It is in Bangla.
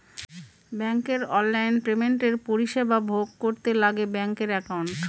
ব্যাঙ্কের অনলাইন পেমেন্টের পরিষেবা ভোগ করতে লাগে ব্যাঙ্কের একাউন্ট